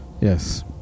Yes